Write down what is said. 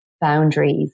boundaries